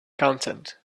content